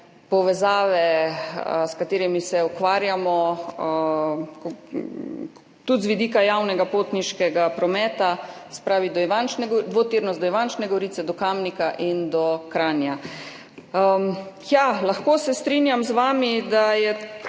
povezave, s katerimi se ukvarjamo, tudi z vidika javnega potniškega prometa, se pravi dvotirnost do Ivančne Gorice, do Kamnika in do Kranja. Ja, lahko se strinjam z vami, da je